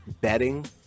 betting